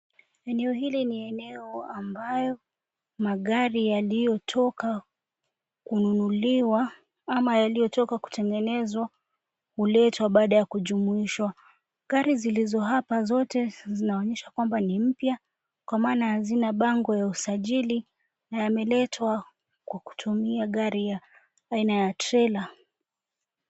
Eneonhili ni eneo ambayo magari yaliyotoka kununuliwa ama yaliyotoka kutengenezwa huletwa baada ya kujumuishwa. Gari zilizo hapa zote zinaonyesha kwamba ni mpya kwa maana hazina bango ya usajili na yameletwa kwa kutumia gari aina ya trela.